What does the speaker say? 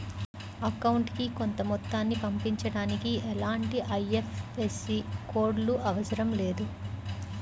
అకౌంటుకి కొంత మొత్తాన్ని పంపించడానికి ఎలాంటి ఐఎఫ్ఎస్సి కోడ్ లు అవసరం లేదు